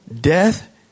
Death